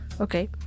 Okay